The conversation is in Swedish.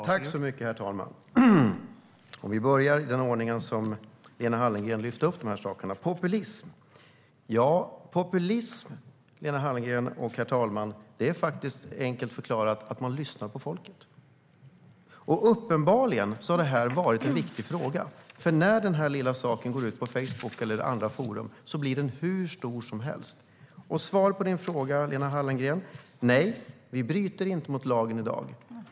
Herr talman! Jag kan börja i den ordning som Lena Hallengren lyfte upp frågorna. Populism, herr talman, är faktiskt, enkelt förklarat, att man lyssnar på folket. Uppenbarligen har det varit en viktig fråga, för när denna lilla sak går ut på Facebook eller i andra forum blir den hur stor som helst. Svaret på din fråga, Lena Hallengren, är: Nej, vi bryter inte mot lagen i dag.